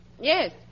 Yes